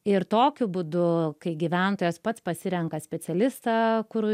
ir tokiu būdu kai gyventojas pats pasirenka specialistą kur